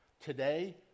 today